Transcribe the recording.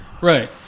Right